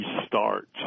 restart